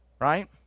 Right